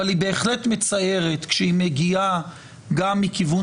אבל היא בהחלט מצערת כשהיא מגיעה גם מכיוון